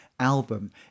album